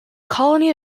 colony